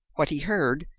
what he heard,